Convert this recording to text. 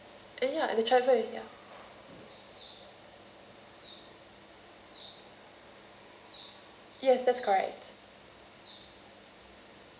and ya and the travelling ya yes that's correct